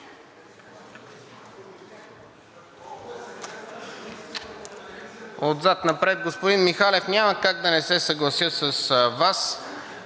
Отзад напред. Господин Михалев, няма как да не се съглася с Вас.